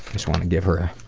just want to give her a